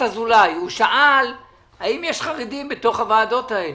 אזולאי שאל האם יש חרדים בתוך הוועדות האלה.